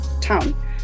town